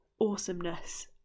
awesomeness